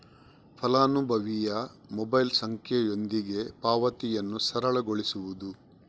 ಫಲಾನುಭವಿಯ ಮೊಬೈಲ್ ಸಂಖ್ಯೆಯೊಂದಿಗೆ ಪಾವತಿಯನ್ನು ಸರಳಗೊಳಿಸುವುದು